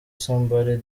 somebody